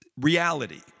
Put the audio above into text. Reality